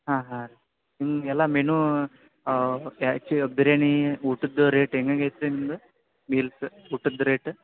ಹಾಂ ಹಾಂ ನಿಮಗೆಲ್ಲ ಮೆನು ಆ್ಯಕ್ಚು ಬಿರಿಯಾನಿ ಊಟದ ರೇಟ್ ಹೆಂಗೆ ಹೆಂಗೆ ಐತರಿ ನಿಮ್ದು ಮೀಲ್ಸ್ ಊಟದ ರೇಟ್